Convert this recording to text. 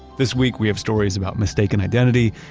this week we have stories about mistaken identity,